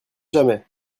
jamais